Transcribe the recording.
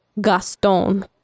Gaston